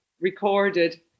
recorded